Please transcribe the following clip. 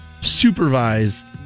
supervised